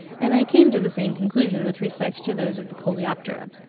and i came to the same conclusion with respect to those of the coleoptera.